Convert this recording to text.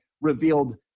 revealed